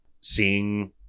seeing